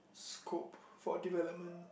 scope for development